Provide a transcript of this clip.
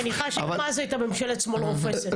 אני מניחה שגם אז הייתה ממשלת שמאל רופסת.